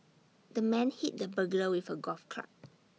the man hit the burglar with A golf club